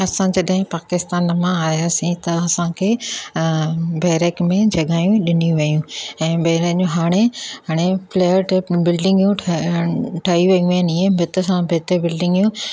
असां जॾहिं पाकिस्तान मां आयासीं त असांखे अ बैरेक में जॻहियूं ॾिनी वइयूं ऐं हाणे हाणे फ्लैट बिल्डिंगियूं ठही वइयूं आहिनि इएं भिति सां भिति बिल्डिंगियूं